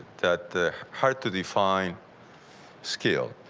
that hard to define skill.